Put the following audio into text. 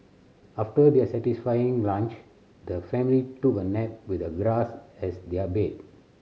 after their satisfying lunch the family took a nap with the grass as their bed